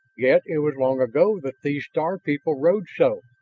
yet it was long ago that these star people rode so.